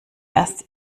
erst